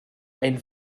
einen